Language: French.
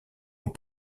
aux